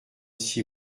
six